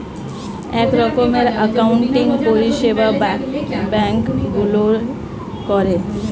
এক রকমের অ্যাকাউন্টিং পরিষেবা ব্যাঙ্ক গুলোয় করে